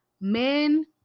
Men